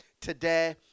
today